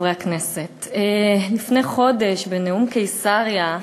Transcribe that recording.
חברי הכנסת, לפני חודש, בנאום קיסריה,